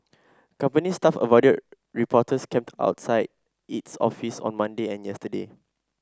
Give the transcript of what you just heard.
company staff avoided reporters camped outside its office on Monday and yesterday